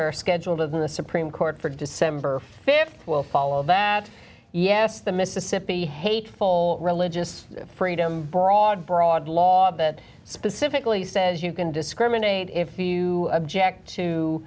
are scheduled in the supreme court for december th will follow that yes the mississippi hateful religious freedom broad broad law that specifically says you can discriminate if you object to